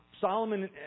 Solomon